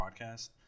podcast